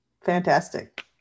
Fantastic